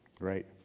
right